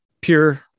Pure